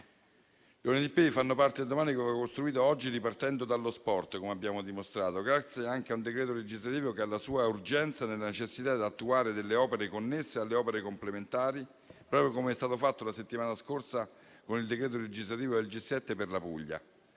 Esse fanno parte del domani che va costruito oggi ripartendo dallo sport, come abbiamo dimostrato, grazie anche a un decreto-legge che ha la sua urgenza nella necessità di attuare delle opere connesse alle opere complementari, proprio come è stato fatto la settimana scorsa con il decreto-legge per il G7 in Puglia.